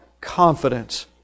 confidence